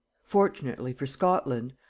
fortunately for scotland,